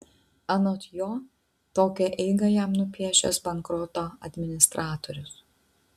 anot jo tokią eigą jam nupiešęs bankroto administratorius